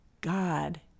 God